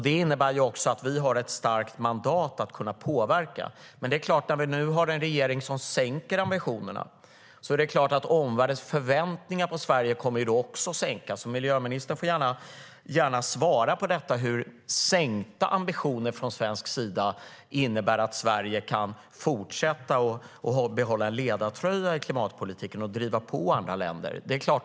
Det innebär att vi har ett starkt mandat att kunna påverka. Men när vi nu har en regering som sänker ambitionerna är det klart att omvärldens förväntningar på Sverige också kommer att sänkas. Miljöministern får gärna svara på hur sänkta ambitioner från svensk sida innebär att Sverige kan behålla ledartröjan i klimatpolitiken och driva på andra länder.